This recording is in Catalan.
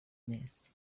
més